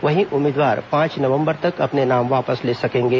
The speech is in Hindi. वहीं उम्मीदवार पांच नवंबर तक अपने नाम वापस ले सकेंगे